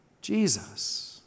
Jesus